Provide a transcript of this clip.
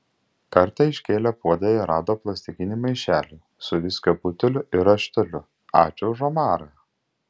kartą iškėlę puodą jie rado plastikinį maišelį su viskio buteliu ir rašteliu ačiū už omarą